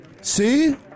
See